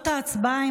ההצבעה.